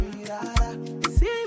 See